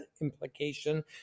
implication